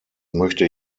möchte